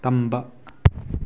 ꯇꯝꯕ